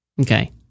Okay